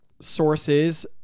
sources